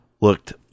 looked